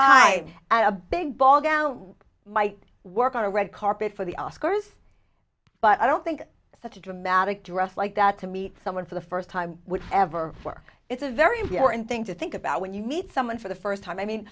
a big ball gown my work on a red carpet for the oscars but i don't think such a dramatic dress like that to meet someone for the first time would ever work it's a very important thing to think about when you meet someone for the first time i mean